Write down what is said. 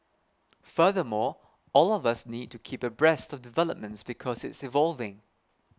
furthermore all of us need to keep abreast of developments because it's evolving